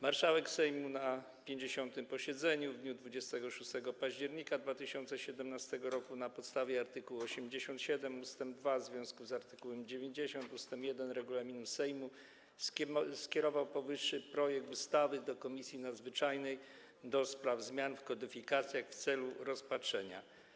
Marszałek Sejmu na 50. posiedzeniu w dniu 26 października 2017 r. na podstawie art. 87 ust. 2 w związku z art. 90 ust. 1 regulaminu Sejmu skierował powyższy projekt ustawy do Komisji Nadzwyczajnej do spraw zmian w kodyfikacjach w celu rozpatrzenia.